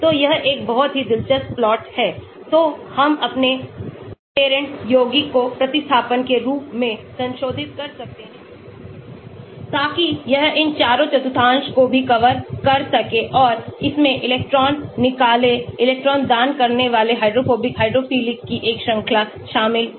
तो यह एक बहुत ही दिलचस्प प्लॉट हैतो हम अपने पेरेंट यौगिक को प्रतिस्थापन के रूप में संशोधित कर सकते हैं ताकि यह इन चारों चतुर्थांश को भी कवर कर सके और इसमें इलेक्ट्रॉन निकले इलेक्ट्रॉन दान करने वाले हाइड्रोफोबिक हाइड्रोफिलिक की एक श्रृंखला शामिल हो